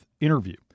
interview